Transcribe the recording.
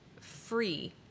free